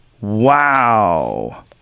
Wow